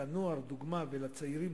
לנוער ולצעירים,